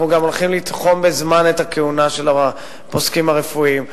אנחנו גם הולכים לתחום בזמן את הכהונה של הפוסקים הרפואיים.